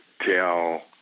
tell